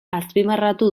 azpimarratu